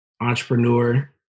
entrepreneur